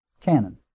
canon